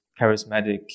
charismatic